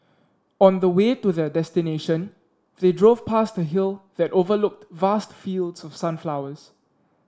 on the way to their destination they drove past a hill that overlooked vast fields of sunflowers